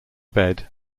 bed